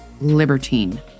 libertine